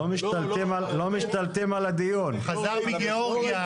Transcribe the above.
לאור השינויים שעכשיו הסכימו,